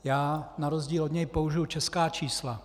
Já na rozdíl od něj použiji česká čísla.